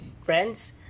friends